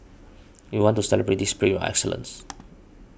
we want to celebrate this spirit of excellence